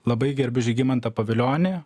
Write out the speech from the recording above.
labai gerbiu žygimantą pavilionį